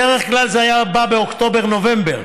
בדרך כלל זה היה בא באוקטובר נובמבר.